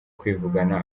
kwivugana